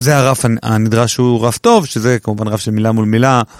זה הרף הנדרש, שהוא רף טוב, שזה כמובן רף של מילה מול מילה